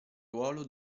ruolo